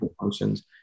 functions